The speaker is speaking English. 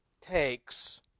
takes